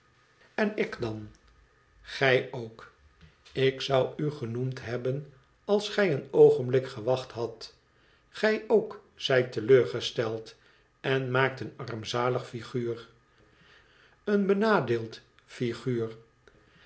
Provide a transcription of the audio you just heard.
armzalig figuur enikdan gij ook ik zou u genoemd hebben als gij een oogenblik gewacht hadt gij ook zijt teleurgesteld en maakt een armzalig figuur en benadeeld figuur